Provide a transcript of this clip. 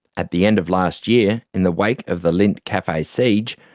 at the end of last year, in the wake of the lindt cafe siege,